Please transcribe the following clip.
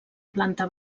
planta